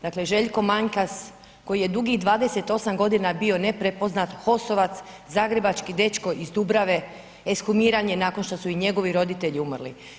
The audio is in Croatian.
Dakle Željko Manjkas koji je dugih 28 godina bio neprepoznat, HOS-ovac, zagrebački dečko iz Dubrave, ekshumiran je nakon što su i njegovi roditelji umrli.